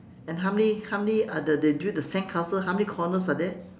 and how many how many uh the they do the sandcastle how many corners are there